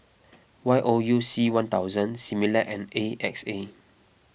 Y O U C one thousand Similac and A X A